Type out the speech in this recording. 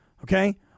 Okay